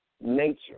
nature